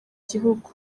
gihugu